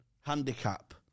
handicap